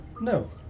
No